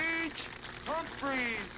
humphrey.